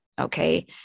okay